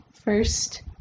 first